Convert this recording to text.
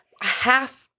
half